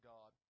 God